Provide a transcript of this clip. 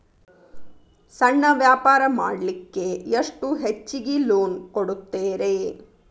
ಸಣ್ಣ ವ್ಯಾಪಾರ ಮಾಡ್ಲಿಕ್ಕೆ ಎಷ್ಟು ಹೆಚ್ಚಿಗಿ ಲೋನ್ ಕೊಡುತ್ತೇರಿ?